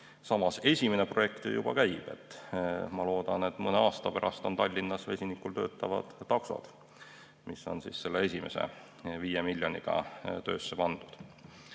Samas, esimene projekt juba käib. Ma loodan, et mõne aasta pärast on Tallinnas vesinikul töötavad taksod, mis on selle esimese 5 miljoniga töösse pandud.